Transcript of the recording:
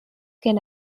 can